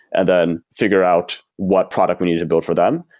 and then figure out what product we need to build for them,